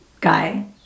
Guy